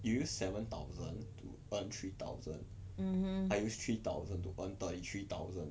you use seven thousand to earn three thousand I use three thousand to earn thirty three thousand